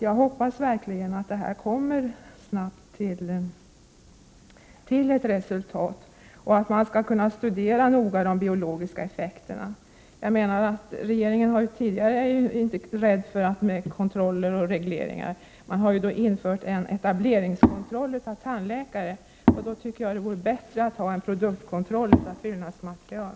Jag hoppas verkligen att det snart leder till resultat och att man noga skall studera de biologiska effekterna. Regeringen har tidigare inte varit rädd för kontroller och regleringar. Man har infört etableringskontroll för tandläkare. Jag tycker det vore bättre att ha produktkontroll när det gäller tandfyllningsmaterial.